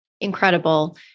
incredible